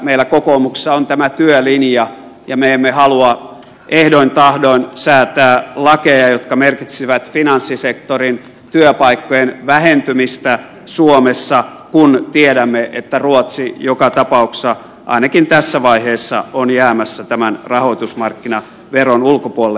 meillä kokoomuksessa on tämä työlinja ja me emme halua ehdoin tahdoin säätää lakeja jotka merkitsisivät finanssisektorin työpaikkojen vähentymistä suomessa kun tiedämme että ruotsi joka tapauksessa ainakin tässä vaiheessa on jäämässä tämän rahoitusmarkkinaveron ulkopuolelle